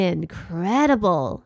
Incredible